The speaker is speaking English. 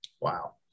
wow